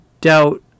doubt